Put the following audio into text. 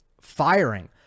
firing